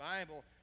Bible